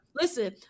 Listen